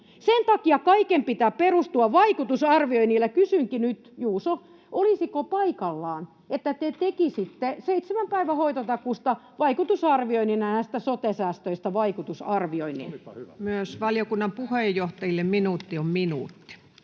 Sen takia kaiken pitää perustua vaikutusarvioinneille. Kysynkin nyt, Juuso: olisiko paikallaan, että te tekisitte vaikutusarvioinnit seitsemän päivän hoitotakuusta ja näistä sote-säästöistä? Myös valiokunnan puheenjohtajille minuutti on minuutti.